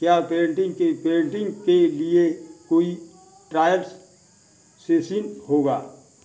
क्या पेन्टिन्ग के पेन्टिन्ग के लिए कोई ट्रायल सेशन होगा